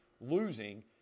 losing